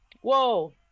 Whoa